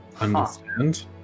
Understand